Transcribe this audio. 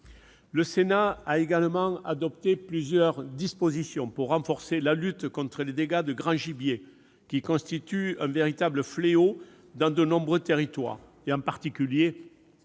Le Sénat a également adopté plusieurs dispositions pour renforcer la lutte contre les dégâts de grand gibier, qui constituent un véritable fléau dans de nombreux territoires, en particulier pour